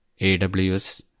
AWS